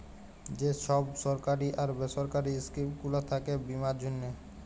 যে ছব সরকারি আর বেসরকারি ইস্কিম গুলা থ্যাকে বীমার জ্যনহে